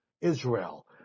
Israel